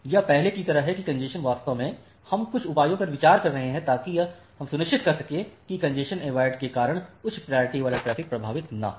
यह पहले की तरह है कि कॅन्जेशन वास्तव में हम कुछ उपायों पर विचार कर रहे हैं ताकि हम यह सुनिश्चित कर सकें कि कॅन्जेशन अवॉयड के कारण उच्च प्रायोरिटी वाला ट्रैफिक प्रभावित न हो